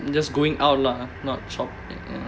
just going out lah not shop mm